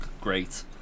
great